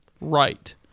right